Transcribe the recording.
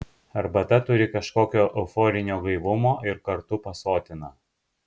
arbata turi kažkokio euforinio gaivumo ir kartu pasotina